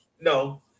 No